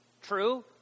True